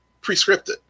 pre-scripted